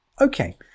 okay